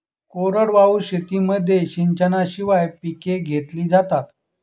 कोरडवाहू शेतीमध्ये सिंचनाशिवाय पिके घेतली जातात